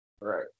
Right